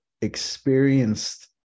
experienced